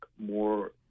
more